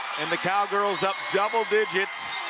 and the cowgirls up double digits,